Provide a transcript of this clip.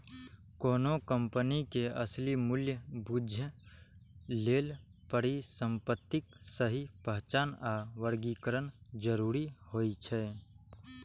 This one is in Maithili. कोनो कंपनी के असली मूल्य बूझय लेल परिसंपत्तिक सही पहचान आ वर्गीकरण जरूरी होइ छै